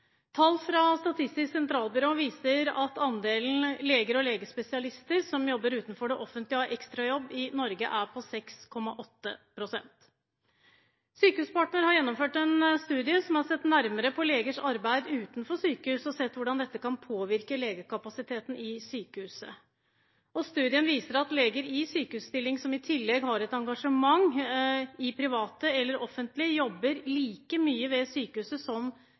Tall fra Statistisk sentralbyrå viser at andelen leger og legespesialister i Norge som jobber utenfor det offentlige og har ekstrajobb, er på 6,8 pst. Sykehuspartner har gjennomført en studie som har sett nærmere på legers arbeid utenfor sykehus og på hvordan dette kan påvirke legekapasiteten i sykehuset. Studien viser at leger i sykehusstilling som i tillegg har et engasjement i det private eller i det offentlige, jobber like mye ved sykehuset som